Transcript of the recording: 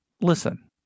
Listen